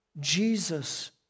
Jesus